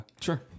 Sure